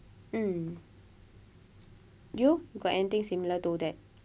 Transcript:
mm you got anything similar to that